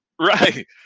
Right